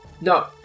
no